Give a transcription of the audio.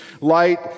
light